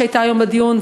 שהייתה היום בדיון,